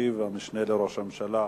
וישיב המשנה לראש הממשלה,